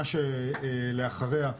שלאחריה,